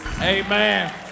Amen